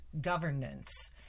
governance